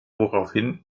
woraufhin